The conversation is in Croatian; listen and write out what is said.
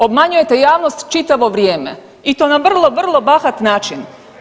Obmanjujete javnost čitavo vrijeme i to na vrlo, vrlo bahat način.